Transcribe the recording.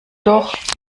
doch